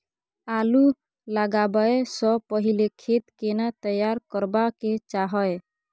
आलू लगाबै स पहिले खेत केना तैयार करबा के चाहय?